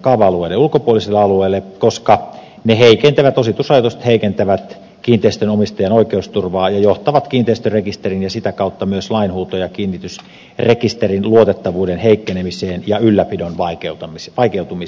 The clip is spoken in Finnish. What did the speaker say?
kaava alueiden ulkopuolisille alueille koska ositusrajoitukset heikentävät kiinteistönomistajan oikeusturvaa ja johtavat kiinteistörekisterin ja sitä kautta myös lainhuuto ja kiinnitysrekisterin luotettavuuden heikkenemiseen ja ylläpidon vaikeutumiseen